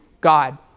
God